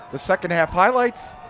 the second half highlights.